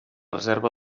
reserva